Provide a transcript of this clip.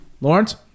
Lawrence